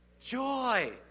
Joy